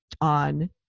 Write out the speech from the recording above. on